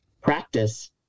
practice